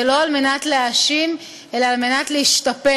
זה לא על מנת להאשים אלא על מנת להשתפר.